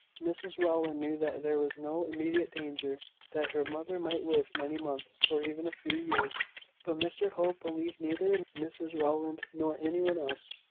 mrs rowland knew that there was no immediate danger that her mother might live many months, or even a few years but mr hope believed neither mrs rowland, nor any one else,